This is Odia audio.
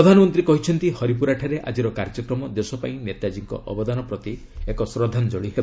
ପ୍ରଧାନମନ୍ତ୍ରୀ କହିଛନ୍ତି ହରିପୁରାଠାରେ ଆଜିର କାର୍ଯ୍ୟକ୍ରମ ଦେଶ ପାଇଁ ନେତାଜୀଙ୍କ ଅବଦାନ ପ୍ରତି ଏକ ଶ୍ରଦ୍ଧାଞ୍ଜଳି ହେବ